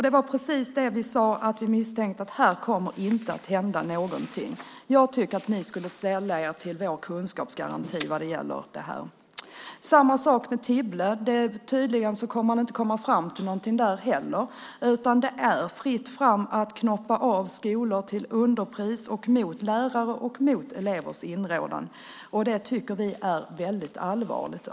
Det var precis det vi misstänkte: Här kommer inte att hända någonting. Jag tycker att ni skulle sälla er till vår kunskapsgaranti vad gäller detta. Det är samma sak med Tibble. Man kommer tydligen inte fram till någonting där heller, utan det är fritt fram att knoppa av skolor till underpris och mot lärares och elevers inrådan. Det tycker vi är väldigt allvarligt.